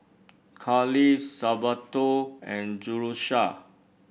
Carley Salvatore and Jerusha